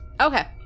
Okay